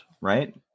right